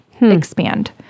expand